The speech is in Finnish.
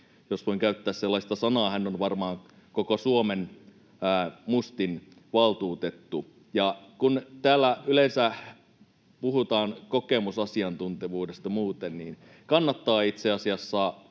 Jos voin käyttää sellaista sanaa, hän on varmaan koko Suomen mustin valtuutettu. Ja kun täällä yleensä puhutaan kokemusasiantuntijuudesta muuten, kannattaa itse asiassa